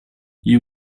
you